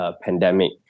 pandemic